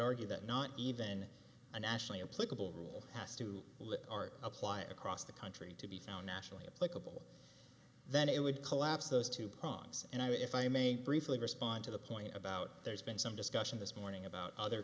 argue that not even a national political rule has to art apply across the country to be found nationally applicable that it would collapse those two prongs and i would if i may briefly respond to the point about there's been some discussion this morning about other